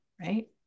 right